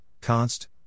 const